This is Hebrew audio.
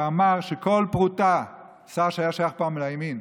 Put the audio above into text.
שר שהיה שייך פעם לימין,